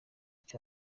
icyo